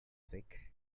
week